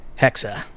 Hexa